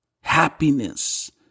happiness